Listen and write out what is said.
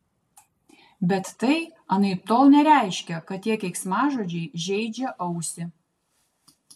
bet tai anaiptol nereiškia kad tie keiksmažodžiai žeidžia ausį